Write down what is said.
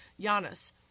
Giannis